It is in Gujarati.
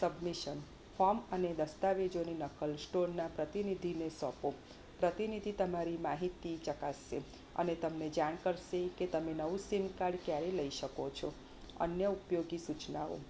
સબમિશન ફોમ અને દસ્તાવેજોની નકલ સ્ટોરના પ્રતિનિધિને સોંપો પ્રતિનિધિ તમારી માહિતી ચકાસશે અને તમને જાણ કરશે કે તમે નવું સીમ કાડ ક્યારે લઈ શકો છો અન્ય ઉપયોગી સૂચનાઓ